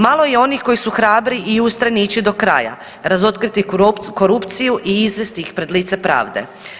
Malo je onih koji su hrabri i ustrajni ići do kraja, razotkriti korupciju i izvesti ih pred lice pravde.